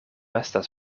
estas